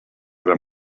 era